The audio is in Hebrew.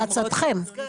בהמלצתכם.